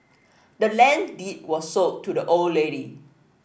the land's deed was sold to the old lady